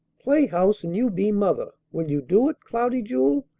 play house and you be mother. will you do it, cloudy jewel?